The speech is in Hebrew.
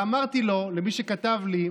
ואמרתי לו, למי שכתב לי: